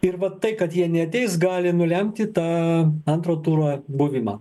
ir vat tai kad jie neateis gali nulemti tą antro turo buvimą